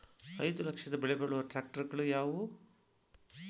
ಐದು ಲಕ್ಷದ ಬೆಲೆ ಬಾಳುವ ಟ್ರ್ಯಾಕ್ಟರಗಳು ಯಾವವು?